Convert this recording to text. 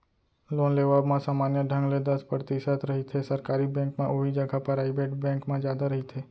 loan लेवब म समान्य ढंग ले दस परतिसत रहिथे सरकारी बेंक म उहीं जघा पराइबेट बेंक म जादा रहिथे